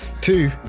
Two